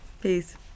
Peace